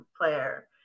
player